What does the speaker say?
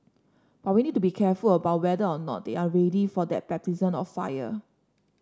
but we need to be careful about whether or not they are ready for that baptism of fire